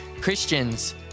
Christians